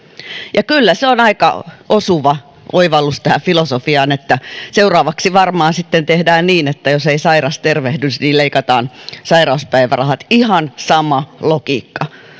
ja kyllä se on aika osuva oivallus tästä filosofiasta että seuraavaksi varmaan sitten tehdään niin että jos ei sairas tervehdy niin leikataan sairauspäivärahat ihan sama logiikka